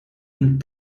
and